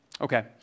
Okay